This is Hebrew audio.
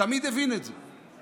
תמיד הבין את זה.